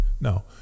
No